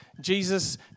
Jesus